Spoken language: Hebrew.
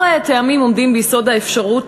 כמה טעמים עומדים ביסוד האפשרות